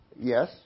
Yes